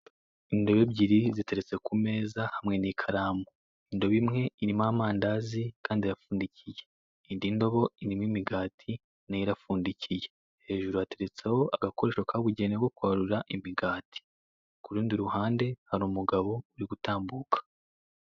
Indobo ebyiri ziteretse ku meza hamwe n'ikaramu, Indobo imwe irimo amandazi kandi arapfundikiye, indi ndobo irimo imigati nayo irapfundikiye, hejuru hateretseho agakoresho kabigenewe ko kwarura imigati, ku rundi ruhande hari umugabo uri gutambuka.